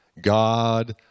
God